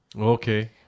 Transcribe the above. Okay